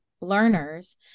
learners